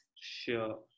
Sure